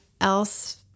else